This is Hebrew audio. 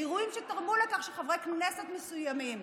אירועים שתרמו לכך שחברי כנסת מסוימים,